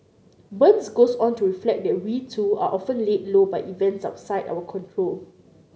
burns goes on to reflect that we too are often laid low by events outside our control